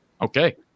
Okay